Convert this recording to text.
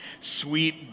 sweet